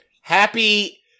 happy